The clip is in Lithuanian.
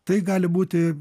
tai gali būti